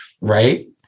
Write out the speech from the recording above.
right